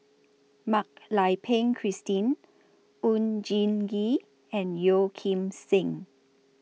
Mak Lai Peng Christine Oon Jin Gee and Yeo Kim Seng